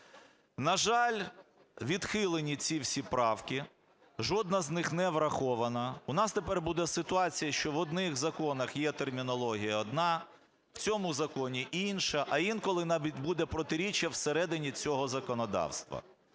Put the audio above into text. На жаль, відхилені ці всі правки. Жодна з них не врахована. У нас тепер буде ситуація, що в одних законах є термінологія одна, в цьому законі – інша, а інколи навіть буде протиріччя всередині цього законодавства.